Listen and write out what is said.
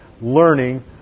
learning